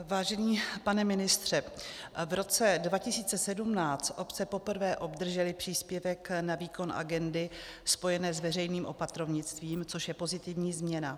Vážený pane ministře, v roce 2017 obce poprvé obdržely příspěvek na výkon agendy spojené s veřejným opatrovnictvím, což je pozitivní změna.